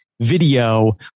Video